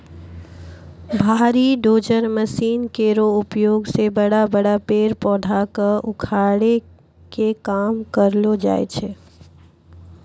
भारी dozer machine केरो उपयोग सें बड़ा बड़ा पेड़ पौधा क उखाड़े के काम करलो जाय छै